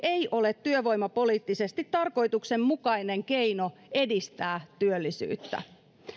ei ole työvoimapoliittisesti tarkoituksenmukainen keino edistää työllisyyttä